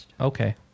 Okay